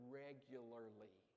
regularly